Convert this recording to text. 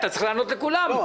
אתה צריך לענות לכולם.